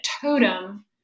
totem